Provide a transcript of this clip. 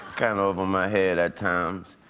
kind of over my head at times.